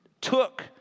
took